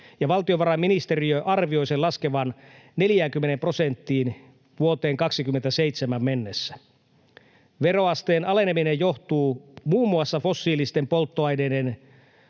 ja valtiovarainministeriö arvioi sen laskevan 40 prosenttiin vuoteen 27 mennessä. Veroasteen aleneminen johtuu muun muassa fossiilisten polttoaineiden